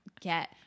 get